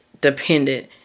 dependent